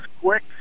quick